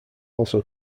also